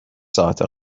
ساعت